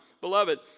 Beloved